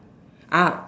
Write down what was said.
uh